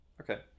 Okay